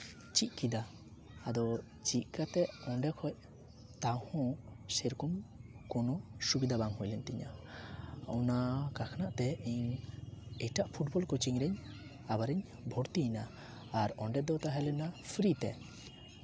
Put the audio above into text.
ᱪᱮᱫ ᱠᱮᱫᱟ ᱟᱫᱚ ᱪᱮᱫ ᱠᱟᱛᱮ ᱚᱸᱰᱮ ᱠᱷᱚᱱ ᱛᱟᱣᱦᱚᱸ ᱥᱮᱭᱨᱚᱠᱚᱢ ᱠᱳᱱᱳ ᱥᱩᱵᱤᱫᱷᱟ ᱵᱟᱝ ᱦᱩᱭ ᱞᱮᱱ ᱛᱤᱧᱟᱹ ᱚᱱᱟ ᱴᱟᱠᱟᱛᱮ ᱤᱧ ᱮᱴᱟᱜ ᱯᱷᱩᱴᱵᱚᱞ ᱠᱳᱪᱤᱝ ᱨᱤᱧ ᱟᱵᱟᱨᱤᱧ ᱵᱷᱚᱨᱛᱤᱭᱮᱱᱟ ᱟᱨ ᱚᱸᱰᱮ ᱫᱚ ᱛᱟᱦᱮᱸ ᱞᱮᱱᱟ ᱯᱷᱨᱤ ᱛᱮ